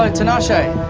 ah tinashe. hi.